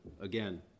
again